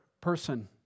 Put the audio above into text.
person